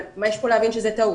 אבל מה יש פה להבין שזו טעות?